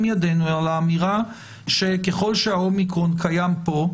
ידינו על האמירה שככל שהאומיקרון קיים פה,